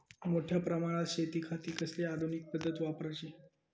मोठ्या प्रमानात शेतिखाती कसली आधूनिक पद्धत वापराची?